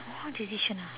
small decision ah